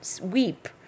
weep